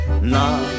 na